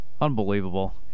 Unbelievable